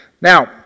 Now